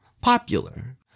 popular